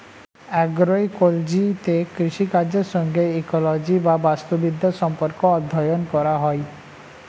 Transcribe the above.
অ্যাগ্রোইকোলজিতে কৃষিকাজের সঙ্গে ইকোলজি বা বাস্তুবিদ্যার সম্পর্ক অধ্যয়ন করা হয়